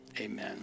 Amen